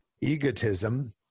egotism